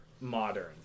modern